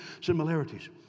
similarities